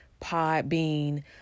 Podbean